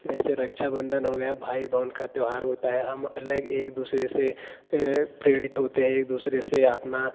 जैसे रक्षा बंधन हो गया भाई बहन का त्यौहार होता है हम अलग एक दूसरे से प्रेरित होते हैं एक दूसरे से आपना